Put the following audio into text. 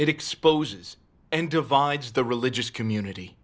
it exposes and divides the religious community